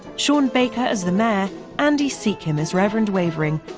sean baker as the mayor, andy secombe as reverend wavering,